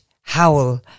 howl